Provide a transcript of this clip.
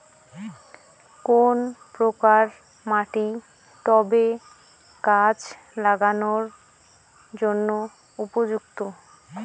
কোন প্রকার মাটি টবে গাছ লাগানোর জন্য উপযুক্ত?